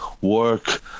work